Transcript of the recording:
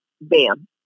bam